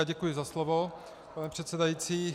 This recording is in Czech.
Děkuji za slovo, pane předsedající.